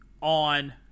on